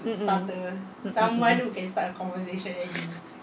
mm mm mm mm mm